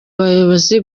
abayobozi